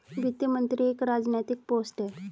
वित्त मंत्री एक राजनैतिक पोस्ट है